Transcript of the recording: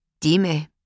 Dime